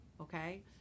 Okay